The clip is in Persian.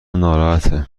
ناراحته